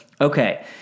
okay